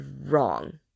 wrong